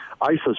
ISIS